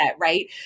Right